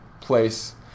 place